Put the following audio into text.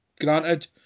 granted